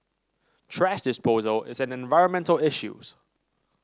thrash disposal is an environmental issues